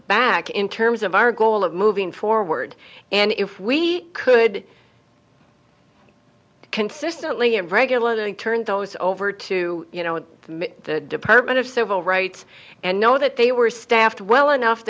back in terms of our goal of moving forward and if we could consistently and regularly turn those over to you know the department of civil rights and know that they were staffed well enough